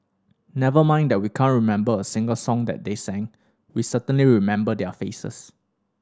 never mind that we can't remember a single song that they sang we certainly remember their faces